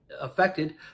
affected